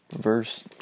verse